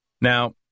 Now